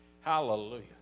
Hallelujah